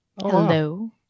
Hello